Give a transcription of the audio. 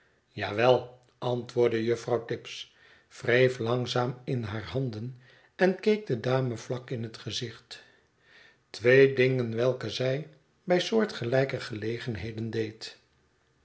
wel antwoordde juffrouw tibbs wreef langzaam in haar handen en keek de dame vlak in het gezicht twee dingen welke zij bij soortgelijke gelegenheden deed